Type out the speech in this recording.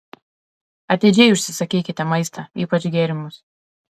atidžiai užsisakykite maistą ypač gėrimus